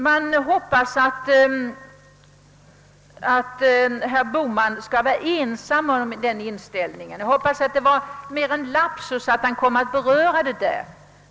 Jag hoppas att herr Bohman är ensam från högerpartiet om den inställningen och att det var en lapsus att han tog upp saken.